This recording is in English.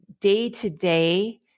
day-to-day